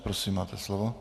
Prosím máte slovo.